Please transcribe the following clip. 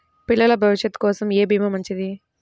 పిల్లల భవిష్యత్ కోసం ఏ భీమా మంచిది?